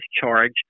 charge